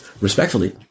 Respectfully